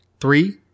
Three